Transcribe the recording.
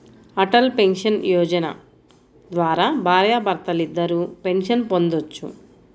Atal pension Yojana ద్వారా భార్యాభర్తలిద్దరూ pension పొందొచ్చు